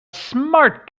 smart